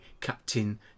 Captain